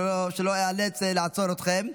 כדי שלא איאלץ לעצור אתכם.